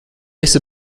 esi